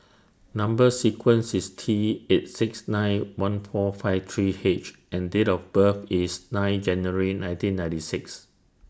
Number sequence IS T eight six nine one four five three H and Date of birth IS nine January nineteen ninety six